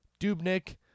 Dubnik